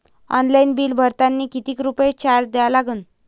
Online bill भरतानी कितीक रुपये चार्ज द्या लागन?